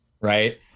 right